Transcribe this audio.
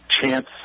chance